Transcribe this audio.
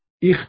Ich